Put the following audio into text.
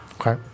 Okay